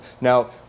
Now